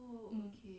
mm